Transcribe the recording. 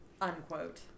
Unquote